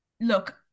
look